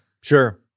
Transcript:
sure